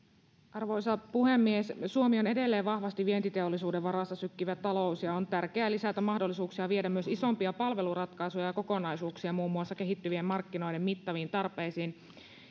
arvoisa puhemies suomi on edelleen vahvasti vientiteollisuuden varassa sykkivä talous ja on tärkeää lisätä mahdollisuuksia viedä myös isompia palveluratkaisuja ja kokonaisuuksia muun muassa kehittyvien markkinoiden mittaviin tarpeisiin